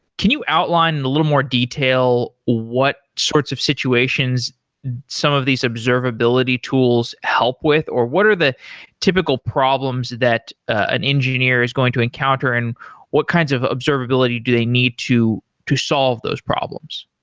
can you outline in a little more detail what sorts of situations some of these observability tools help with, or what are the typical problems that an engineer is going to encounter and what kinds of observability do they need to to solve those problems?